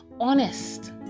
Honest